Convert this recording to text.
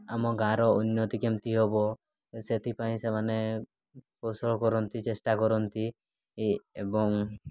ଆମ ଗାଁର ଉନ୍ନତି କେମିତି ହେବ ସେଥିପାଇଁ ସେମାନେ କୌଶଳ କରନ୍ତି ଚେଷ୍ଟା କରନ୍ତି ଏବଂ